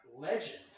legend